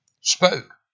spoke